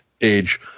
Age